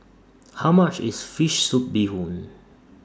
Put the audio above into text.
How much IS Fish Soup Bee Hoon